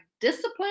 discipline